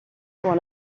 pour